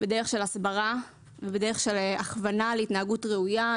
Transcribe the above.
בדרך של הסברה ובדרך של הכוונה להתנהגות ראויה,